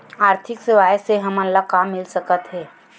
आर्थिक सेवाएं से हमन ला का मिल सकत हे?